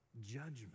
judgment